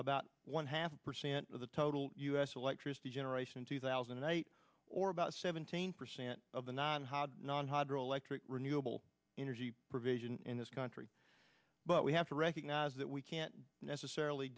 about one half percent of the total us electricity generation in two thousand and eight or about seventeen percent of the non non hydroelectric renewable energy provision in this country but we have to recognize that we can't necessarily